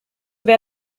wir